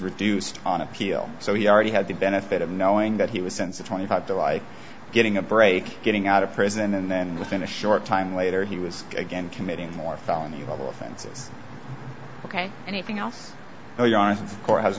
reduced on appeal so he already had the benefit of knowing that he was sense of twenty five to life getting a break getting out of prison and then within a short time later he was again committing more felony level offenses ok anything else now you are of course has